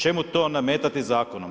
Čemu to nametati zakonom?